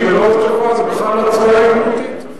זאת מתקפה אישית.